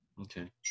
Okay